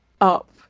up